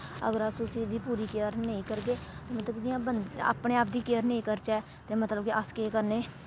अगर अस उस्सी ओह्दी पूरी केयर नेईं करगे मतलब जि'यां बं अपने आप दी केयर नेईं करचै ते मतलब कि अस केह् करनें